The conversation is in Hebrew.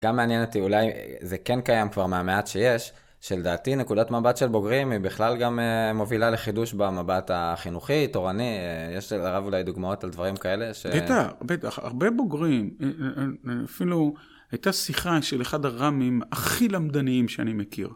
גם מעניין אותי, אולי זה כן קיים כבר מהמעט שיש, שלדעתי נקודת מבט של בוגרים היא בכלל גם מובילה לחידוש במבט החינוכי, תורני, יש לרב אולי דוגמאות על דברים כאלה? בטח, הרבה בוגרים, אפילו הייתה שיחה של אחד הרמים הכי למדניים שאני מכיר.